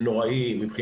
יותר נכון, קצת